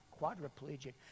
quadriplegic